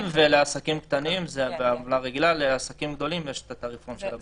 לעסקים גדולים יש תעריפון של הבנקים.